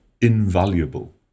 invaluable